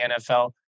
NFL